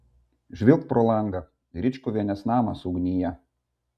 žvilgt pro langą ričkuvienės namas ugnyje